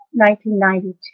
1992